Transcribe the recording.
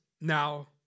now